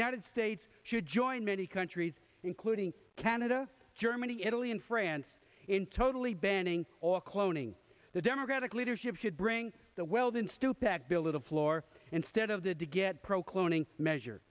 united states should join many countries including canada germany italy and france in totally banning all cloning the democratic leadership should bring the weldon stupak bill little floor instead of the de gette pro cloning measure